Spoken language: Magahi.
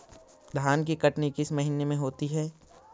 धान की कटनी किस महीने में होती है?